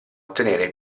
ottenere